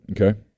Okay